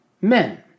men